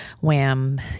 wham